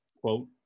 quote